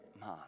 mom